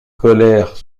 colères